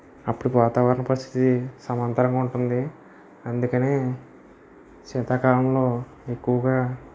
అప్పుడు వాతావరణ పరిస్థితి సమాంతరంగా ఉంటుంది అందుకనే శీతాకాలంలో ఎక్కువగా